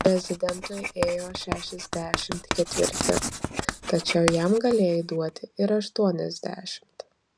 prezidentui ėjo šešiasdešimt ketvirti tačiau jam galėjai duoti ir aštuoniasdešimt